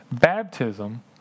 Baptism